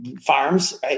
farms